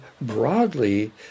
broadly